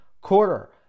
quarter